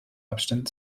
abständen